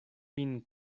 min